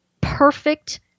perfect